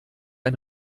ein